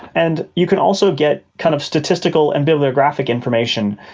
and you could also get kind of statistical and bibliographic information.